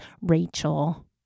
Rachel